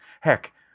heck